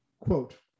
quote